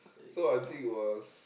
so I think it was